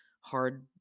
hard